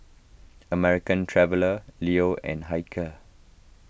American Traveller Leo and Hilker